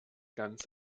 ganz